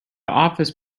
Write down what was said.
office